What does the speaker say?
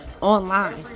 online